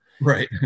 Right